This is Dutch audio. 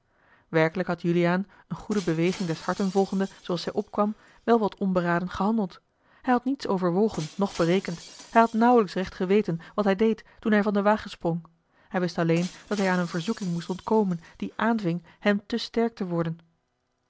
werkelijk had juliaan eene goede beweging des harten volgende zooals zij opkwam wel wat onberaden gehandeld hij had niets overwogen noch berekend hij had nauwelijks recht geweten wat hij deed toen hij van den wagen sprong hij wist alleen dat hij aan eene verzoeking moest ontkomen die aanving hem te sterk te worden